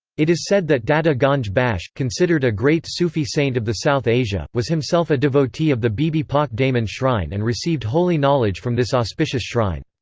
it is said that data ganj bakhsh, considered a great sufi saint of the south asia, was himself a devotee of the bibi pak daman shrine and received holy knowledge from this auspicious shrine.